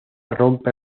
rompe